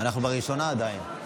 אנחנו בראשונה עדיין.